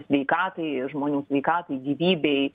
sveikatai žmonių sveikatai gyvybei